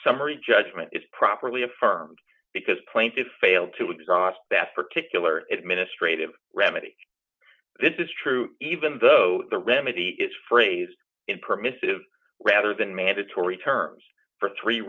summary judgment is properly affirmed because plain to fail to exhaust that particular administrative remedy this is true even though the remedy is phrased in permissive rather than mandatory terms for three